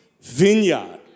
vineyard